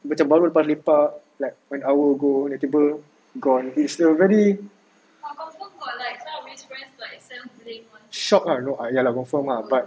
macam baru lepas lepak like an hour ago tiba-tiba gone it's a very shock lah no lah confirm lah